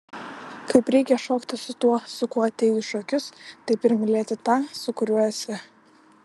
kaip reikia šokti su tuo su kuo atėjai į šokius taip ir mylėti tą su kuriuo esi